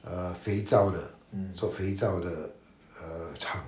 err 肥皂的做肥皂的 err 厂